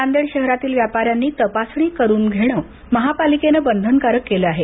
नांदेड शहरातील व्यापाऱ्यांनी तपासणी करून घेणं महापालिकेनं बंधनकारक केलं आहे